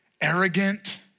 arrogant